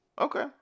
Okay